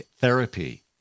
therapy